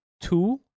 two